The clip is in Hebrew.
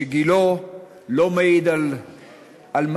שגילו לא מעיד על מרצו,